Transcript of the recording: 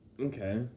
Okay